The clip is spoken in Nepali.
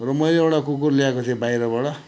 र मैले एउटा कुकुर ल्याएको थिएँ बाहिरबाट